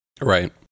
Right